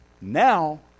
Now